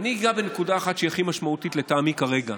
ואני אגע בנקודה אחת שהיא הכי משמעותית לטעמי כרגע: